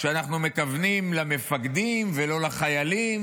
שאנחנו מכוונים למפקדים ולא לחיילים,